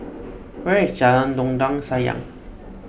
where is Jalan Dondang Sayang